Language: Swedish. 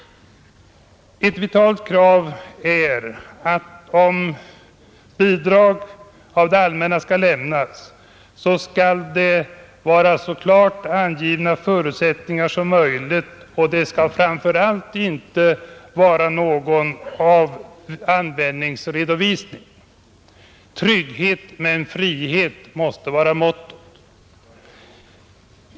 Ett vitalt krav är att om bidrag från det allmänna lämnas, skall det vara så klart angivna förutsättningar som möjligt, och det skall framför allt inte vara någon användningsredovisning. ”Trygghet men frihet” måste vara mottot.